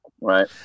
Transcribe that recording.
Right